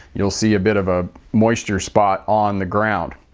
you'll see a bit of a moisture spot on the ground.